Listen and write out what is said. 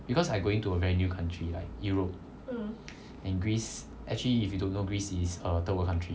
because I going to a very new country like europe and greece actually if you don't know greece is a third world country